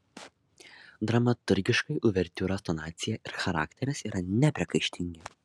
dramaturgiškai uvertiūros tonacija ir charakteris yra nepriekaištingi